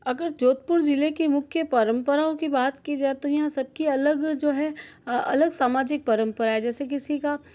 अगर जोधपुर ज़िले की मुख्य परम्पराओं की बात की जाए तो यहाँ सबकी अलग जो है अलग सामाजिक परम्परा है जैसे किसी का